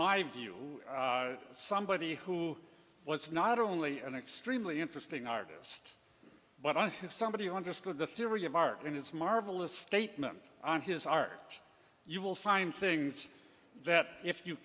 my view somebody who was not only an extremely interesting artist but somebody who understood the theory of art and its marvelous statement on his art you will find things that if you